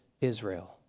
Israel